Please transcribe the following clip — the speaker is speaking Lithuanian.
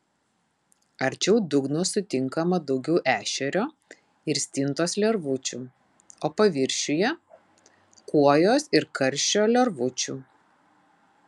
arčiau dugno sutinkama daugiau ešerio ir stintos lervučių o paviršiuje kuojos ir karšio lervučių